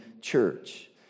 church